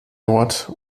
dort